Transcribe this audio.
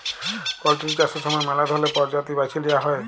poultry চাষের সময় ম্যালা ধরলের পরজাতি বাছে লিঁয়া হ্যয়